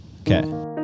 Okay